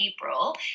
April